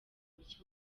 mushya